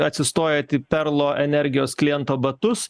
atsistojat į perlo energijos kliento batus